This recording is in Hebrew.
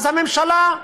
אז הממשלה,